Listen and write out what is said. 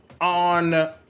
on